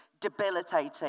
debilitating